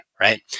right